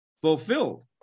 Fulfilled